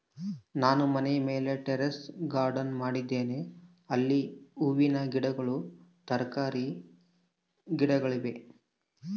ನಾನು ಮನೆಯ ಮೇಲೆ ಟೆರೇಸ್ ಗಾರ್ಡೆನ್ ಮಾಡಿದ್ದೇನೆ, ಅಲ್ಲಿ ಹೂವಿನ ಗಿಡಗಳು, ತರಕಾರಿಯ ಗಿಡಗಳಿವೆ